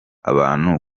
abantu